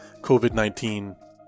COVID-19